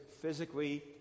physically